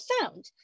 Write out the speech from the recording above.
sound